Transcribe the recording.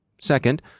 Second